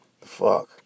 Fuck